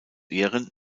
ehren